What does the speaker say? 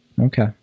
Okay